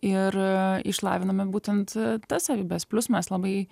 ir išlaviname būtent tas savybes plius mes labai